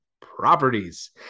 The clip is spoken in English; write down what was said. properties